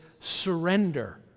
surrender